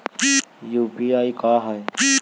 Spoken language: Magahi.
यु.पी.आई का है?